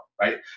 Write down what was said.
right